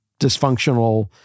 dysfunctional